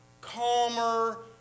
calmer